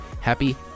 happy